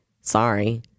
Sorry